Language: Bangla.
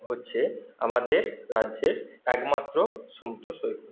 হচ্ছে আমাদের রাজ্যের একমাত্র সমুদ্র সৈকত